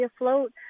afloat